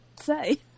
say